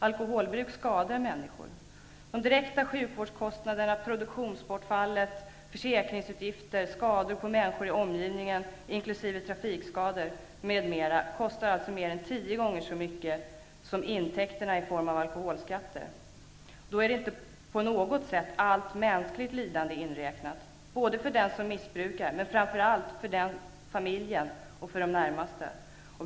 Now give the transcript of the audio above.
Alkoholbruk skadar människor. De direkta sjukvårdskostnaderna, produktionsbortfallet, försäkringsutgifterna, kostnaderna för skador på människor i omgivningen inkl. trafikskador, m.m. kostar alltså mer än tio gånger så mycket som intäkterna i form av alkoholskatter. Då är inte på något sätt allt mänskligt lidande inräknat -- jag tänker då både på den som missbrukar men framför allt på familjen och de närmaste.